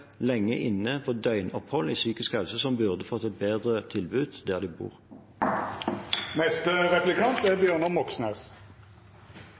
lenge inne på døgnopphold i psykisk helse, som burde fått bedre tilbud der de bor. Ullevål sykehus er